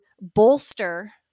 bolster